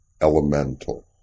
elemental